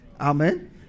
Amen